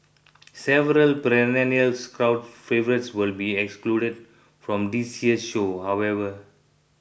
several perennial crowd favourites will be excluded from this year's show however